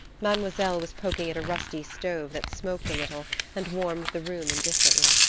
mademoiselle was poking at a rusty stove that smoked a little and warmed the room indifferently.